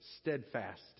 steadfast